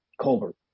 Colbert